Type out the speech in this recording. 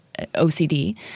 OCD